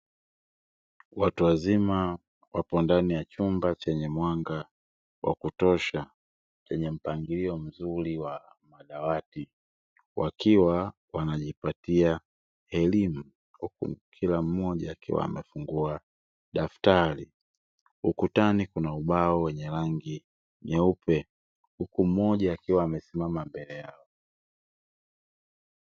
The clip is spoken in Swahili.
Watu wazima wapo ndani ya chumba chenye mwanga wa kutosha chenye mpangilio mzuri wa madawati wakiwa wanajipatia elimu huku kila mmoja akiwa amefungua daftari, ukutani kuna ubao wenye rangi nyeupe huku mmoja akiwa amesimama mbele yao.